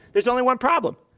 there's only one problem.